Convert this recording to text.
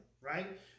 Right